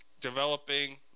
Developing